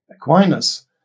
Aquinas